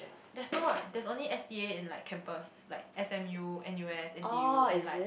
there's not there's only S_T_A in like campus like S_M_U N_U_S N_T_U and like